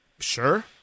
Sure